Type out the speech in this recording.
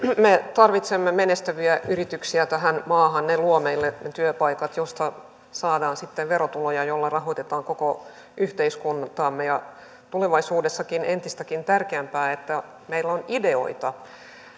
me tarvitsemme menestyviä yrityksiä tähän maahan ne luovat meille ne työpaikat joista saadaan sitten verotuloja joilla rahoitetaan koko yhteiskuntaamme ja tulevaisuudessa on entistäkin tärkeämpää että meillä on ideoita